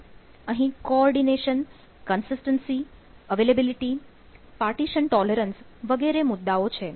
અહીં coordination વગેરે મુદ્દાઓ છે